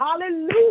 Hallelujah